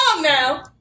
now